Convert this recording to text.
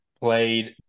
played